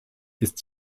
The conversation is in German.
ist